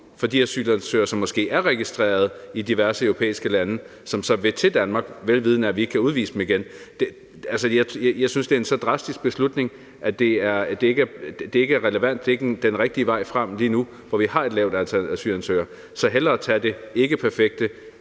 for de asylansøgere, som måske er registreret i diverse europæiske lande, og som så vil til Danmark, vel vidende at vi ikke kan udvise dem igen. Jeg synes, det er en så drastisk beslutning, at det ikke er relevant. Det er ikke den rigtige vej frem lige nu, hvor vi har et lavt antal asylansøgere. Så hellere tage det ikkeperfekte,